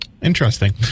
Interesting